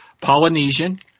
Polynesian